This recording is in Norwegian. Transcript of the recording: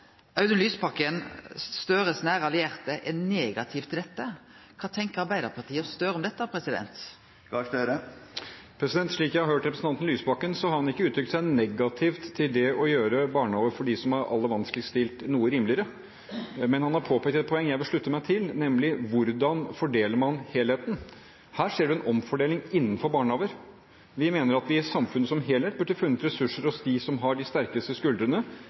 Audun Lysbakken, Gahr Støres nære allierte, er negativ til dette. Kva tenkjer Arbeidarpartiet og Gahr Støre om dette? Slik jeg har hørt representanten Lysbakken, har han ikke uttrykt seg negativt til det å gjøre barnehageplasser noe rimeligere for dem som er aller vanskeligst stilt. Men han har påpekt et poeng jeg vil slutte meg til, nemlig: Hvordan fordeler man helheten? Her skjer det en omfordeling innen barnehagene. Vi mener at vi i samfunnet som helhet burde ha funnet ressurser hos dem som har de sterkeste skuldrene,